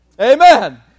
Amen